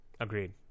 Agreed